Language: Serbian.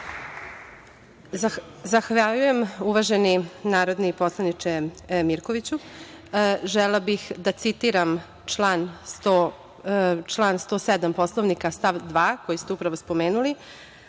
Zahvaljujem, uvaženi narodni poslaniče Mirkoviću. Želela bih da citiram član 107. Poslovnika stav 2, koji ste upravo spomenuli,